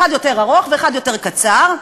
אחד יותר ארוך ואחד יותר קצר,